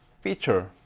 feature